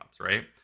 right